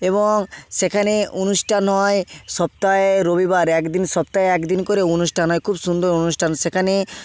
এবং সেখানে অনুষ্ঠান হয় সপ্তাহে রবিবার এক দিন সপ্তাহে এক দিন করে অনুষ্ঠান হয় খুব সুন্দর অনুষ্ঠান সেখানে